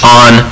on